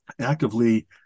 Actively